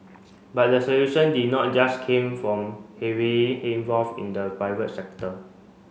but the solution did not a just came from heavily involved in the private sector